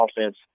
offense